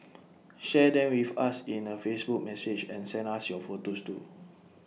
share them with us in A Facebook message and send us your photos too